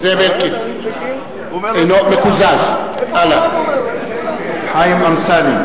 אינו משתתף בהצבעה חיים אמסלם,